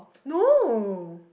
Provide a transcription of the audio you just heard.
no